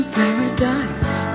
paradise